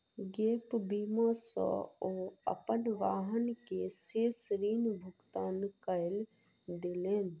gap बीमा सॅ ओ अपन वाहन के शेष ऋण भुगतान कय देलैन